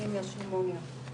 אני אמא של מוניה,